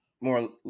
more